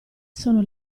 sono